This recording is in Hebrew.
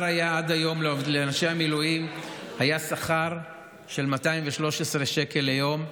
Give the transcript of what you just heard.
עד היום השכר לאנשי המילואים היה 213 שקל ליום.